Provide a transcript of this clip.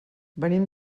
venim